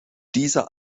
dieser